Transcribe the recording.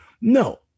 No